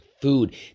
food